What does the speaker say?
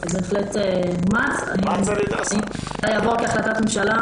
אם הוא יעבור כהחלטת ממשלה